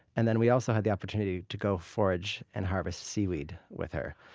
and then we also had the opportunity to go forage and harvest seaweed with her,